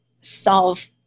solve